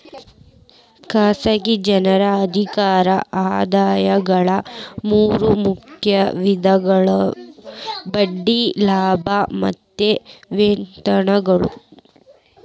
ಖಾಸಗಿ ಜನರ ಆರ್ಥಿಕ ಆದಾಯಗಳ ಮೂರ ಮುಖ್ಯ ವಿಧಗಳಾಗ್ಯಾವ ಬಾಡಿಗೆ ಲಾಭ ಮತ್ತ ವೇತನಗಳು